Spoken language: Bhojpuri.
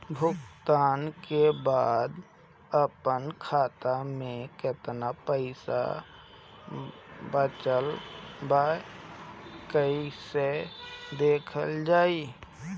भुगतान के बाद आपन खाता में केतना पैसा बचल ब कइसे देखल जाइ?